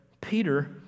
Peter